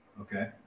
okay